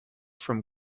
from